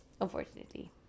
unfortunately